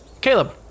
Caleb